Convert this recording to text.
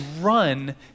run